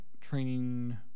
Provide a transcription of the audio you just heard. training